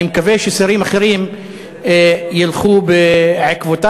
אני מקווה ששרים אחרים ילכו בעקבותיו.